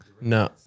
No